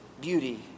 beauty